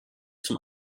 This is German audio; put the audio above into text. zum